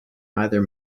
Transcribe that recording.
either